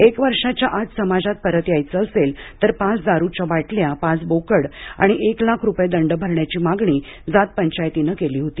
एका वर्षाच्या आत समाजात परत यायचे असेल तर पाच दारूच्या बाटल्या पाच बोकड आणि एक लाख रुपये दंड भरण्याची मागणी जात पंचायतीने केली होती